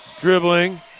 dribbling